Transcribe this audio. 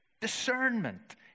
discernment